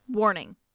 Warning